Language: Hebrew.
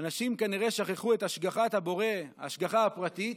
אנשים כנראה שכחו את השגחת הבורא, ההשגחה הפרטית,